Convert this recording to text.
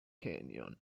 canyon